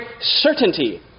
certainty